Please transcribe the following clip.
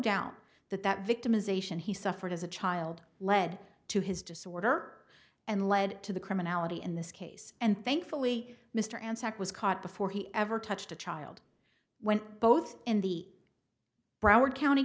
doubt that that victimization he suffered as a child led to his disorder and led to the criminality in this case and thankfully mr anzac was caught before he ever touched a child when both in the broward county